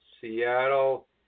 Seattle